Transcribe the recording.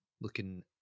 looking